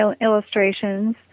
illustrations